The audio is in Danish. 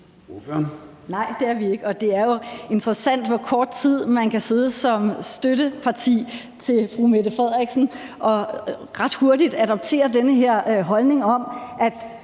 Nej, det er vi ikke. Og det er jo interessant, hvor kort tid man kan sidde som støtteparti til statsminister Mette Frederiksen, før man, ret hurtigt, adopterer den her holdning om, at